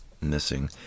missing